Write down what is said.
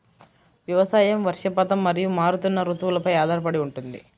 వ్యవసాయం వర్షపాతం మరియు మారుతున్న రుతువులపై ఆధారపడి ఉంటుంది